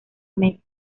meses